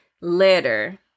letter